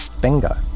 Bingo